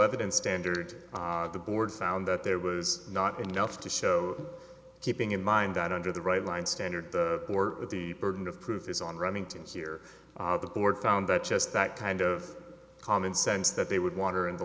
evidence standard the board found that there was not enough to show keeping in mind that under the right line standard or the burden of proof is on remington here the board found that just that kind of common sense that they would water in the